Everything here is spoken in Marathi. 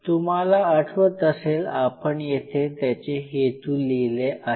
तुम्हाला आठवत असेल आपण येथे त्याचे हेतू लिहिले आहे